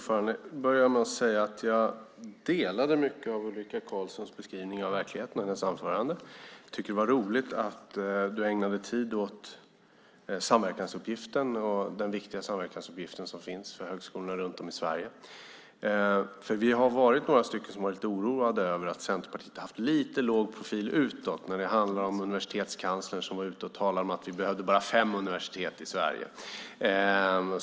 Fru talman! Jag delar mycket av Ulrika Carlssons beskrivning av verkligheten. Jag tycker att det var roligt att du ägnade tid åt samverkansuppgiften som är viktig för högskolorna runt om i Sverige. Några av oss har varit oroade över att Centerpartiet har haft lite låg profil utåt som när universitetskanslern talade om att vi bara behöver fem universitet i Sverige.